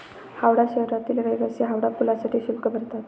हावडा शहरातील रहिवासी हावडा पुलासाठी शुल्क भरतात